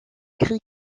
gris